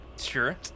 Sure